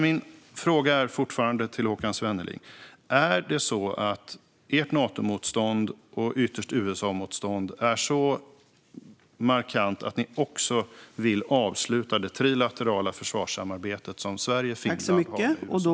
Min fråga till Håkan Svenneling är fortfarande: Är ert Natomotstånd och ytterst USA-motstånd så starkt att ni också vill avsluta det trilaterala försvarssamarbetet som Sverige och Finland har med USA?